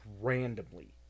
randomly